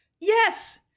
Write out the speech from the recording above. Yes